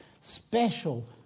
special